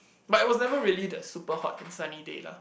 but it was never really the super hot and sunny day lah